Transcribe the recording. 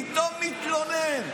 אני שומע אותו פתאום מתלונן,